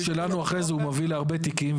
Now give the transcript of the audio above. השאלה אם הוא אחרי זה מוביל להרבה תיקים,